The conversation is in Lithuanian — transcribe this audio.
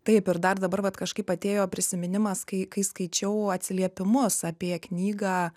taip ir dar dabar vat kažkaip atėjo prisiminimas kai kai skaičiau atsiliepimus apie knygą